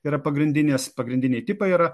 yra pagrindinės pagrindiniai tipai yra